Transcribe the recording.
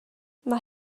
mae